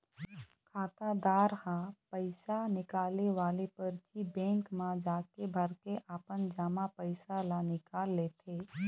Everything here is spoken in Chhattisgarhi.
खातादार ह पइसा निकाले वाले परची बेंक म जाके भरके अपन जमा पइसा ल निकाल लेथे